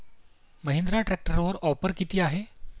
महिंद्रा ट्रॅक्टरवर ऑफर किती आहे?